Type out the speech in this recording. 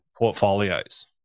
portfolios